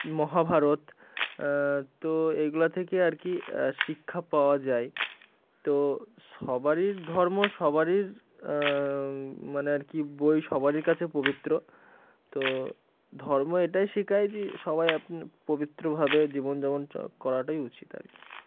মহাভারত তো এগুলো থেকে আর কি শিক্ষা পাওয়া যায় তো সবারই ধর্ম সবারই মানে আর কি বই সবারই কাছে পবিত্র তো ধর্ম এটাই শেখায় যে সবাই আপনি পবিত্রভাবে জীবনযাপন করাটাই উচিত আর কি